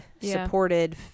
supported